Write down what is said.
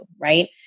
right